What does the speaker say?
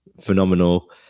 phenomenal